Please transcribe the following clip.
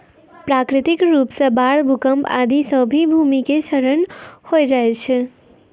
प्राकृतिक रूप सॅ बाढ़, भूकंप आदि सॅ भी भूमि के क्षरण होय जाय छै